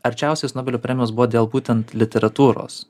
arčiausiai jis nobelio premijos buvo dėl būtent literatūros